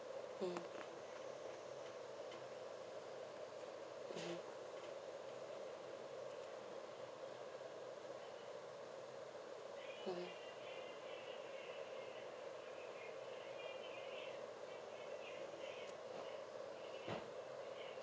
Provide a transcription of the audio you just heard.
mm mmhmm mmhmm